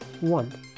One